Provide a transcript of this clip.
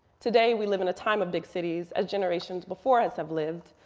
today we live in a time of big cities as generations before us have lived.